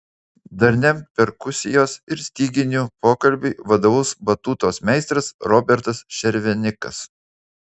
darniam perkusijos ir styginių pokalbiui vadovaus batutos meistras robertas šervenikas